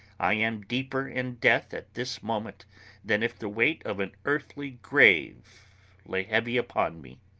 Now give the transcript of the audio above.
i am deeper in death at this moment than if the weight of an earthly grave lay heavy upon me!